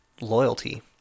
loyalty